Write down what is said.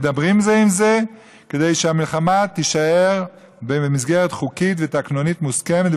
מדברים זה עם זה כדי שהמלחמה תישאר במסגרת חוקית ותקנונית מוסכמת,